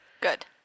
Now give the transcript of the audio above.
Good